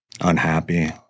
unhappy